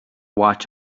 watch